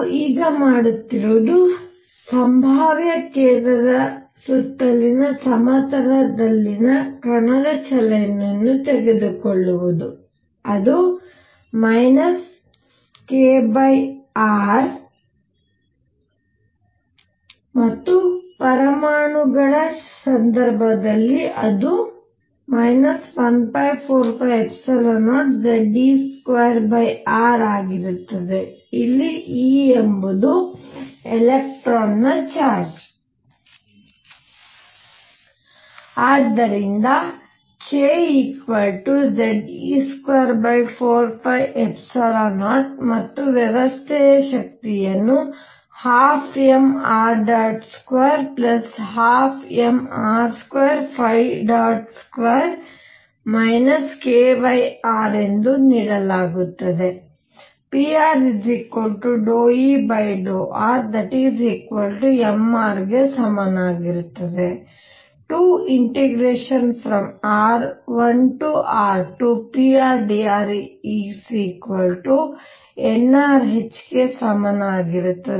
ನಾವು ಈಗ ಮಾಡುತ್ತಿರುವುದು ಸಂಭಾವ್ಯ ಕೇಂದ್ರದ ಸುತ್ತಲಿನ ಸಮತಲದಲ್ಲಿನ ಕಣದ ಚಲನೆಯನ್ನು ತೆಗೆದುಕೊಳ್ಳುವುದು ಅದು krಮತ್ತು ಪರಮಾಣುಗಳ ಸಂದರ್ಭದಲ್ಲಿ ಅದು 14π0Ze2r ಆಗಿರುತ್ತದೆ ಇಲ್ಲಿ e ಎಂಬುದು ಎಲೆಕ್ಟ್ರಾನ್ನ ಚಾರ್ಜ್ ಆದ್ದರಿಂದ kZe24π0 ಮತ್ತು ವ್ಯವಸ್ಥೆಯ ಶಕ್ತಿಯನ್ನು 12mr212mr22 krಎಂದು ನೀಡಲಾಗುತ್ತದೆ pr ∂E ∂r mr ಗೆ ಸಮನಾಗಿರುತ್ತದೆ 2r1r2prdr nrh ಗೆ ಸಮವಾಗುತ್ತದೆ